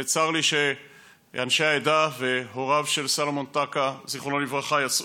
וצר לי שאנשי העדה והוריו של סלומון טקה זיכרונו לברכה יצאו.